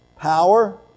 Power